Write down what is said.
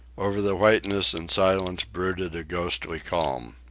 over the whiteness and silence brooded a ghostly calm.